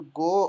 go